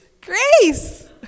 Grace